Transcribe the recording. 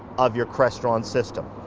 of your crestron system.